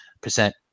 percent